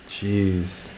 Jeez